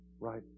right